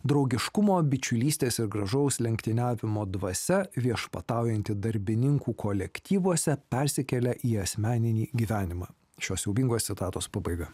draugiškumo bičiulystės ir gražaus lenktyniavimo dvasia viešpataujanti darbininkų kolektyvuose persikelia į asmeninį gyvenimą šios siaubingos citatos pabaiga